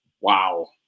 Wow